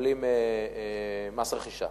מקבלים מס רכישה.